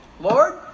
Lord